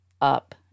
up